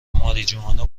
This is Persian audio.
ماریجوانا